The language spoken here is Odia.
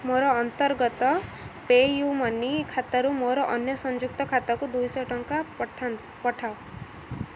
ମୋର ଅନ୍ତର୍ଗତ ପେ ୟୁ ମନି ଖାତାରୁ ମୋର ଅନ୍ୟ ସଂଯୁକ୍ତ ଖାତାକୁ ଦୁଇଶହ ଟଙ୍କା ପଠାଅ